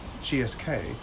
GSK